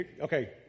okay